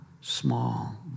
small